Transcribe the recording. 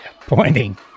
pointing